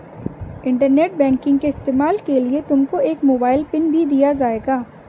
internet banking के इस्तेमाल के लिए तुमको एक मोबाइल पिन भी दिया जाएगा